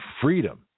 freedom